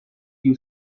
few